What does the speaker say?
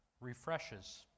refreshes